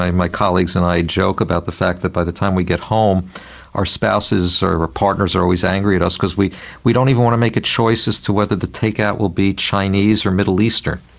my colleagues and i joke about the fact that by the time we get home our spouses or partners are always angry at us because we we don't even want to make a choice as to whether the takeout will be chinese or middle eastern.